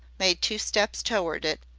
made two steps toward it,